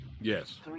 yes